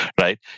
right